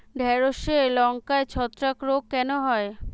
ঢ্যেড়স ও লঙ্কায় ছত্রাক রোগ কেন হয়?